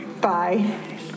Bye